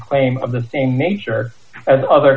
claim of the same nature as other